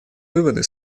выводы